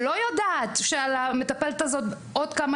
שלא יודעת שעל המטפלת הזאת בעוד כמה